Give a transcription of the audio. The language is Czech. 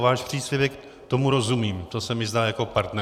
Váš příspěvek tomu rozumím, to se mi zdá jako partnerské.